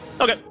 Okay